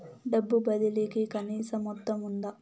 డబ్బు బదిలీ కి కనీస మొత్తం ఉందా?